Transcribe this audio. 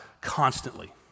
constantly